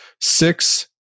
six